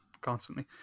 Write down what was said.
constantly